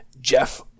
Jeff